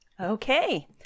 Okay